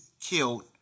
killed